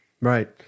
Right